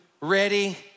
Ready